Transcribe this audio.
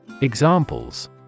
Examples